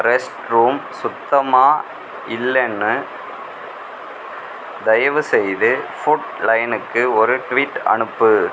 rest room சுத்தமாக இல்லைன்னு தயவுசெய்து ஃபுட் லயனுக்கு ஒரு ட்வீட் அனுப்பு